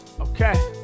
okay